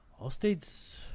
Allstate's